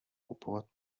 kupovat